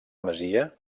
masia